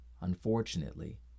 Unfortunately